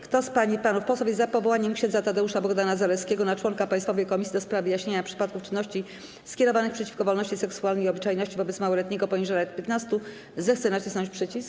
Kto z pań i panów posłów jest za powołaniem ks. Tadeusza Bohdana Zaleskiego na członka Państwowej Komisji do spraw wyjaśniania przypadków czynności skierowanych przeciwko wolności seksualnej i obyczajności wobec małoletniego poniżej lat 15, zechce nacisnąć przycisk.